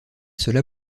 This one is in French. cela